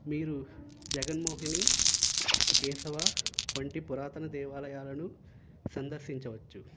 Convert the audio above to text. మీరు జగన్మోహిని కేశవా వంటి పురాతన దేవాలయాలను సందర్శించవచ్చు